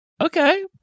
okay